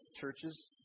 churches